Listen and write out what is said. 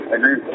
agree